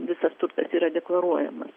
visas turtas yra deklaruojamas